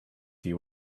you